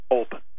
open